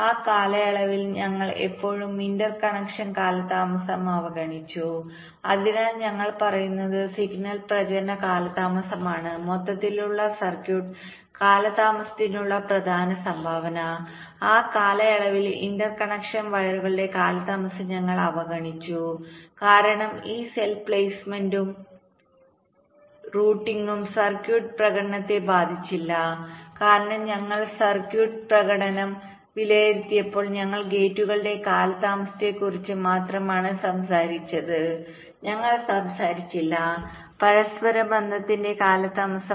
ആ കാലയളവിൽ ഞങ്ങൾ പലപ്പോഴും ഇന്റർകണക്ഷൻ കാലതാമസം അവഗണിച്ചു അതിനാൽ ഞങ്ങൾ പറയുന്നത് സിഗ്നൽ പ്രചരണ കാലതാമസമാണ് മൊത്തത്തിലുള്ള സർക്യൂട്ട് കാലതാമസത്തിനുള്ള പ്രധാന സംഭാവന ആ കാലയളവിൽ ഇന്റർകണക്ഷൻ വയറുകളുടെ കാലതാമസം ഞങ്ങൾ അവഗണിച്ചു കാരണം ഈ സെൽ പ്ലെയ്സ്മെന്റുംറൂട്ടിംഗും സർക്യൂട്ട് പ്രകടനത്തെ ബാധിച്ചില്ല കാരണം ഞങ്ങൾ സർക്യൂട്ട് പ്രകടനം വിലയിരുത്തിയപ്പോൾ ഞങ്ങൾ ഗേറ്റുകളുടെ കാലതാമസത്തെക്കുറിച്ച് മാത്രമാണ് സംസാരിച്ചത് ഞങ്ങൾ സംസാരിച്ചില്ല പരസ്പര ബന്ധത്തിന്റെ കാലതാമസം